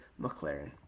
McLaren